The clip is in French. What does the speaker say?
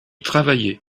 travailler